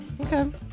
Okay